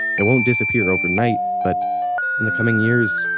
it won't disappear overnight, but in the coming years,